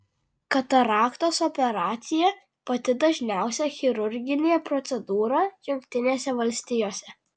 kataraktos operacija pati dažniausia chirurginė procedūra jungtinėse valstijose